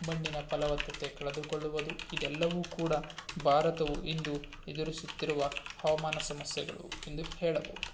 ಮಣ್ಣಿನ ಫಲವತ್ತತೆ ಕಳೆದುಕೊಳ್ಳುವುದು ಇದೆಲ್ಲವೂ ಕೂಡ ಭಾರತವು ಇಂದು ಎದುರಿಸುತ್ತಿರುವ ಹವಾಮಾನ ಸಮಸ್ಯೆಗಳು ಎಂದು ಹೇಳಬಹುದು